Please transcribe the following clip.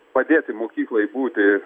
padėti mokyklai būti